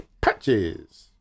patches